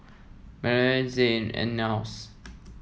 Maleah Zayne and Niles